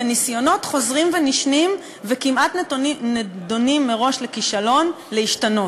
וניסיונות חוזרים ונשנים וכמעט נידונים מראש לכישלון להשתנות.